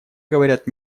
говорят